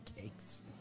cakes